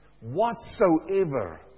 whatsoever